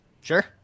Sure